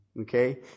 Okay